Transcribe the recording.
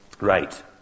Right